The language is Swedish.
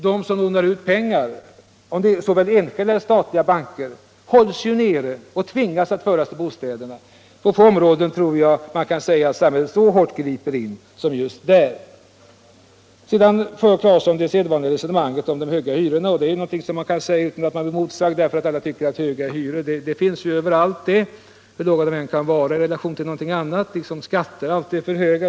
De som lånar ut pengar, dvs. både enskilda och statliga banker, tvingas att föra över pengar till av andra bestämda räntor på bostadsområdet. Jag tror därför man kan säga att det är få områden där samhället griper in så hårt som just här. Vidare förde herr Claeson det sedvanliga resonemanget om de höga hyrorna, och det är naturligtvis någonting som man kan tala om utan att riskera att bli emotsagd. De flesta tycker ju att höga hyror finns överallt. Liksom skatterna är hyrorna alltid för höga.